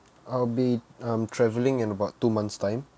I'll be um travelling in about two months time